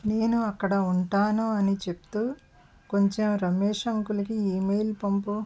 నేను అక్కడ ఉంటాను అని చెబుతూ కొంచెం రమేష్ అంకుల్కి ఈమెయిల్ పంపుము